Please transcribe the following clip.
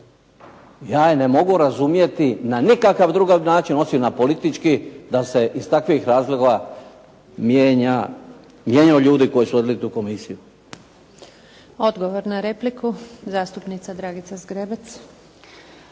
je ne mogu razumjeti na nikakav drugi način osim na politički da se iz takvih razloga mijenja, mijenjaju ljudi koji su vodili tu Komisiju. **Antunović, Željka (SDP)** Odgovor na repliku zastupnica Dragica Zgrebec